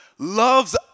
loves